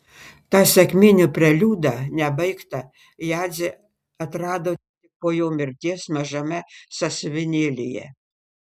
tą sekminių preliudą nebaigtą jadzė atrado tik po jo mirties mažame sąsiuvinėlyje